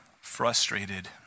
frustrated